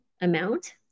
amount